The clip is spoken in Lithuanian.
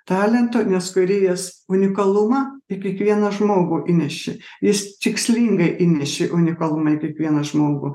talento nes kūrėjas unikalumą į kiekvieną žmogų įnešė jis tikslingai įnešė unikalumą į kiekvieną žmogų